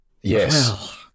Yes